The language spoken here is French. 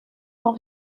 sont